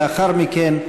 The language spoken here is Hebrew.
לאחר מכן,